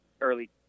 early